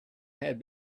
had